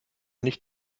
nicht